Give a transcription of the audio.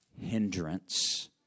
hindrance